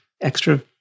extra